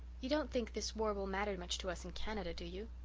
you don't think this war will matter much to us in canada, do you?